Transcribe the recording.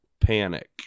panic